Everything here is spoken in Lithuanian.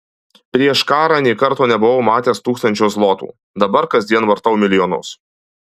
prieš karą nė karto nebuvau matęs tūkstančio zlotų dabar kasdien vartau milijonus